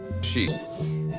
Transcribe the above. Sheets